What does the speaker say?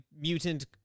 mutant